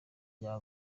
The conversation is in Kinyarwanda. rya